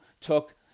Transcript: took